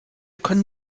können